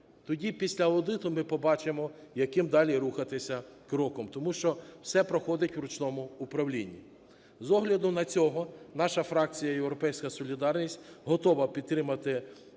Тоді після аудиту ми побачимо, яким далі рухатися кроком, тому що все проходить в ручному управлінні. З огляду на це наша фракція "Європейська солідарність" готова підтримати